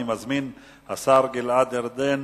אני מזמין את השר גלעד ארדן,